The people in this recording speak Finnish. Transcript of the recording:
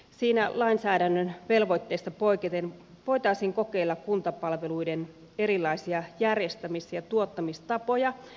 siinä lainsäädännön velvoitteista poiketen voitaisiin kokeilla kuntapalveluiden erilaisia järjestämis ja tuottamistapoja